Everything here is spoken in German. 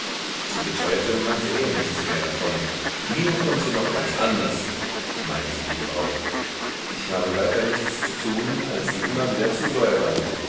sie beteuerte man sähe nichts mehr davon mir kommt sie noch ganz anders meinte die frau ich habe weiter nichts zu tun als sie immer wieder zu säubern